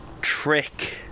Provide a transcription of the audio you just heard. trick